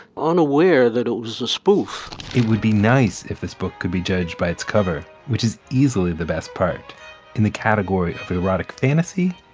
unaware that it was a spoof it would be nice if this book could be judged by its cover, which is easily the best part in the category of erotic fantasy.